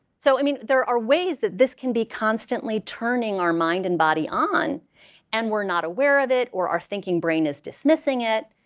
so, i mean, there are ways that this can be constantly turning our mind and body on and we're not aware of it or our thinking brain is dismissing it.